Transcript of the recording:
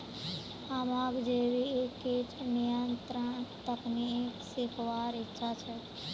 हमाक जैविक कीट नियंत्रण तकनीक सीखवार इच्छा छ